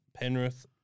Penrith